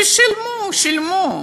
ושילמו ושילמו,